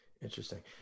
Interesting